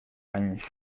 anys